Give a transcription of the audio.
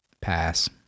pass